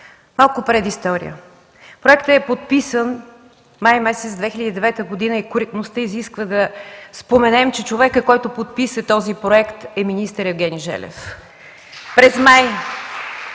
Малко предистория. Проектът е подписан месец май 2009 г. и коректността изисква да споменем, че човекът, който подписа този проект, е министър Евгений Желев.